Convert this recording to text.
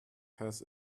has